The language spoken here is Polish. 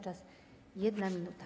Czas - 1 minuta.